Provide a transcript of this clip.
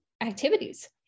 activities